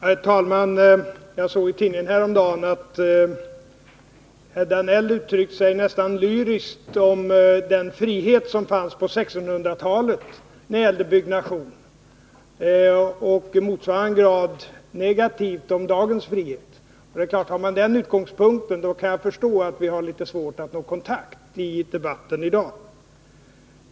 Herr talman! Jag såg i tidningen häromdagen att herr Danell uttryckte sig nästan lyriskt om den frihet som fanns på 1600-talet när det gällde byggnation och att han i motsvarande grad uttryckte sig negativt om dagens frihet. Med den utgångspunkten kan jag förstå att vi självfallet har litet svårt att nå kontakt i debatten i dag.